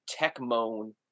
Techmoan